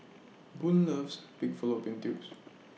Boone loves Pig Fallopian Tubes